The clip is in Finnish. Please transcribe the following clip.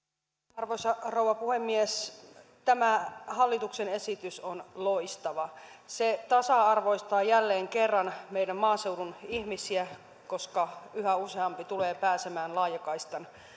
arvoisa rouva puhemies tämä hallituksen esitys on loistava se tasa arvoistaa jälleen kerran meidän maaseudun ihmisiä koska yhä useampi tulee pääsemään laajakaistan